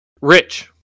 rich